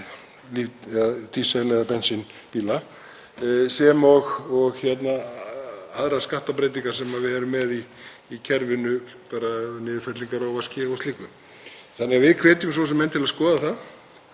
dísil- eða bensínbíla, sem og aðrar skattbreytingar sem við erum með í kerfinu, niðurfellingar á vaski og slíku. Þannig að við hvetjum menn til að skoða það.